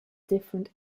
different